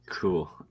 Cool